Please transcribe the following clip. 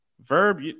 Verb